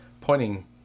pointing